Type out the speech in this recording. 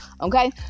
okay